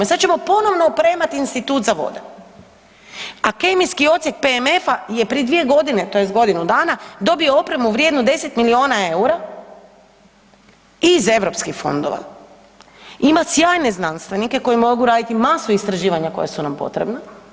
I sada ćemo ponovno opremat institut za vode, a Kemijski odsjek PMF-a je prije dvije godine, tj. godinu dana, dobio opremu vrijednu 10 milijuna eura iz eu fondova, ima sjajne znanstvenike koji mogu raditi masu istraživanja koja su nam potrebna.